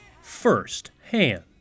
firsthand